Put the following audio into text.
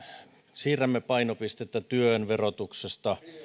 siirrämme painopistettä työn verotuksesta